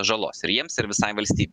žalos ir jiems ir visai valstybei